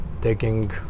taking